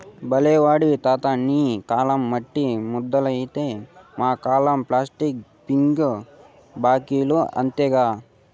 బల్లే ఓడివి తాతా నీ కాలంల మట్టి ముంతలైతే మా కాలంల ప్లాస్టిక్ పిగ్గీ బాంకీలు అంతేగా